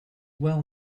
well